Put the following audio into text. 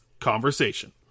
Conversation